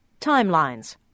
Timelines